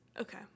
Okay